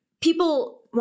people